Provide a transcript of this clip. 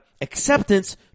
acceptance